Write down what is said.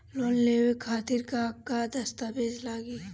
Loan लेवे खातिर का का दस्तावेज लागी?